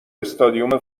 استادیوم